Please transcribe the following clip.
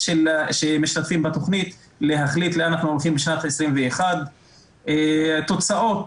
שמשתתפים בתכנית להחליט לאן אנחנו הולכים בשנת 2021. תוצאות,